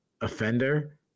offender